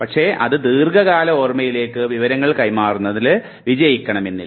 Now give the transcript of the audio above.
പക്ഷേ അത് ദീർഘകാല ഓർമ്മയിലേക്ക് വിവരങ്ങൾ കൈമാറുന്നതിൽ വിജയിക്കണമെന്നില്ല